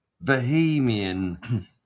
Bohemian